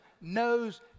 knows